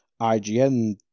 IGN